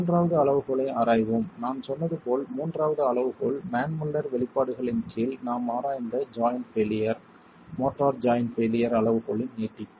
மூன்றாவது அளவுகோலை ஆராய்வோம் நான் சொன்னது போல் மூன்றாவது அளவுகோல் மான் முல்லர் வெளிப்பாடுகளின் கீழ் நாம் ஆராய்ந்த joint failure mortar joint failure அளவுகோலின் நீட்டிப்பு